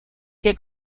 que